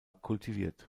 kultiviert